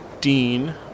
Dean